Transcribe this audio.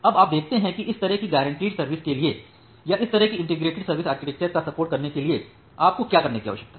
अब आप देखते हैं कि इस तरह की गारंटिड सर्विस के लिए या इस तरह की इंटीग्रेटेड सर्विस आर्किटेक्चर का सपोर्ट करने के लिए आपको क्या करने की आवश्यकता है